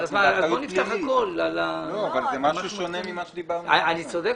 אני צודק?